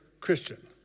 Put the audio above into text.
Christian